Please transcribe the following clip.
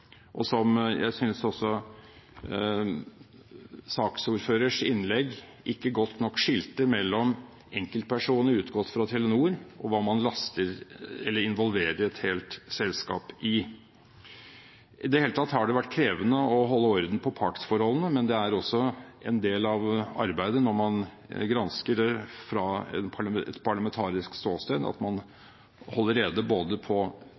ansvarlig for. Jeg synes ikke saksordførers innlegg skilte godt nok mellom enkeltpersoner utgått fra Telenor og hva man involverer et helt selskap i. Det har i det hele tatt vært krevende å holde orden på partsforholdene, men det er også en del av arbeidet når man gransker ut fra et parlamentarisk ståsted, at man holder rede både på